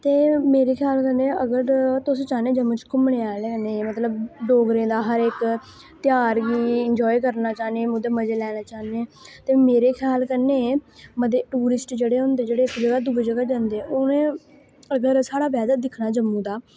ते मेरे ख्याल कन्नै अगर तुस चाह्ने जम्मू च घूमने आह्ले कन्नै मतलब डोगरें दा हर इक ध्यार गी इंजाय करना चाह्ने मज़े लैना चाह्ने ते मेरे ख्याल कन्नै मते टूरिस्ट जेह्ड़े होंदे जेह्ड़े इक जगह् दूए जगह् जंदे हनें अगर साढ़ा बै दिक्खना जम्मू दा